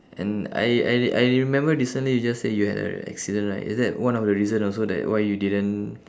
and I I I remember recently you just said you had an accident right is that one of the reason also that why you didn't